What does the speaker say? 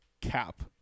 Cap